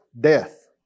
death